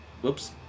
Whoops